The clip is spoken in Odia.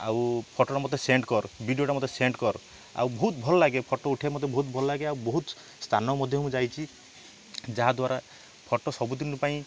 ଆଉ ଫଟୋଟା ମୋତେ ସେଣ୍ଡ କର ଭିଡ଼ିଓଟା ମୋତେ ସେଣ୍ଡ କର ଆଉ ବହୁତ ଭଲ ଲାଗେ ଫଟୋ ଉଠାଇବାକୁ ମୋତେ ବହୁତ ଭଲ ଲାଗେ ଆଉ ବହୁତ ସ୍ଥାନ ମଧ୍ୟ ମୁଁ ଯାଇଛି ଯାହାଦ୍ୱାରା ଫଟୋ ସବୁଦିନ ପାଇଁ